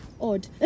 odd